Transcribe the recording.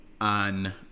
on